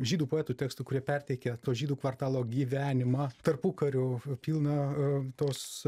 žydų poetų tekstų kurie perteikia to žydų kvartalo gyvenimą tarpukarių pilną tos